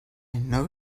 know